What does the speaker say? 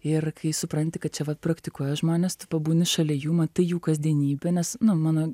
ir kai supranti kad čia vat praktikuoja žmonės tu pabūni šalia jų matai jų kasdienybę nes nuo mano